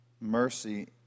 mercy